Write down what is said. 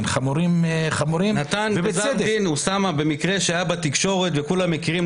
חמורים ובצדק --- נתן בגזר דין במקרה שהיה בתקשורת וכולם מכירים.